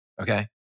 Okay